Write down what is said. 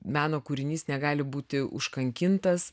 meno kūrinys negali būti užkankintas